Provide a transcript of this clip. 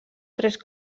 tres